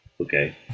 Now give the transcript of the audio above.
okay